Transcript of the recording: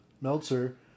Meltzer